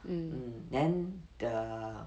mm then the